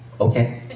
okay